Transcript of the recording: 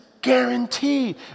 guarantee